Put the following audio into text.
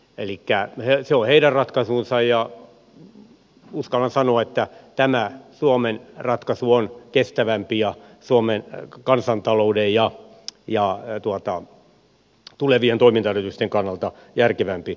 elikkä se on heidän ratkaisunsa ja uskallan sanoa että tämä suomen ratkaisu on kestävämpi ja suomen kansantalouden ja tulevien toimintaedellytysten kannalta järkevämpi